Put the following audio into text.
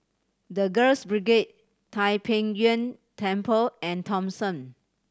The Girls Brigade Tai Pei Yuen Temple and Thomson